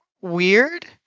Weird